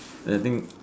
I think